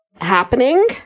happening